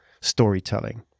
storytelling